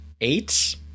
eight